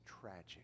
tragic